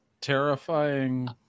terrifying